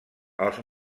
els